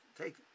take